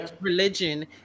religion